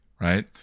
right